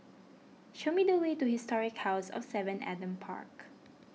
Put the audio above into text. show me the way to Historic House of Seven Adam Park